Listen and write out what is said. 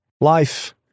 Life